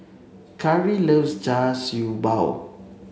Kari loves Char Siew Bao